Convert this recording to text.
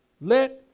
Let